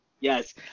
Yes